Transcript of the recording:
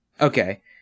Okay